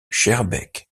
schaerbeek